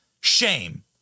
shame